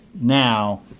now